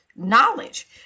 knowledge